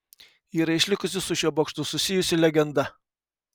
yra išlikusi su šiuo bokštu susijusi legenda